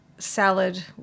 salad